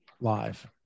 live